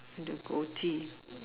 the goatee